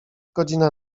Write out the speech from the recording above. godzina